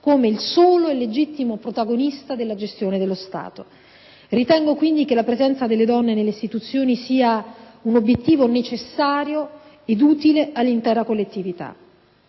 come il solo legittimo protagonista della gestione dello Stato. Ritengo quindi che la presenza delle donne nelle istituzioni sia un obiettivo necessario ed utile all'intera collettività.